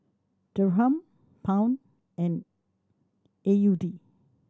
Dirham Pound and A U D